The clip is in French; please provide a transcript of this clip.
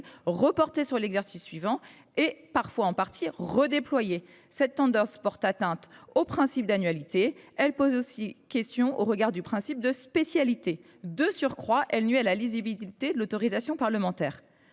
reportées sur l’exercice suivant et parfois en partie redéployées. Cette tendance porte atteinte au principe d’annualité ; elle pose aussi question au regard du principe de spécialité. De surcroît, elle nuit à la lisibilité de l’autorisation parlementaire.